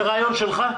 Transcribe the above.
זה רעיון שלך?